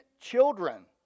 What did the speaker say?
children